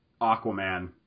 Aquaman